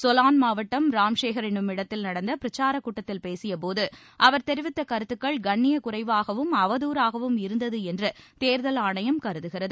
சோலான் மாவட்டம் ராம் ஷேகர் என்னுமிடத்தில் நடந்த பிரச்சாரக் கூட்டத்தில் பேசிய போது அவர் தெிவித்த கருத்துக்கள் கண்ணியக்குறைவாகவும் அவதாறாகவும் இருந்தது என்று தேர்தல் ஆணையம் கருதுகிறது